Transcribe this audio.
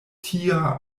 tia